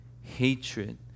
hatred